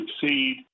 succeed